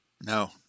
no